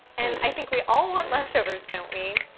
and i think we all want leftovers, don't we?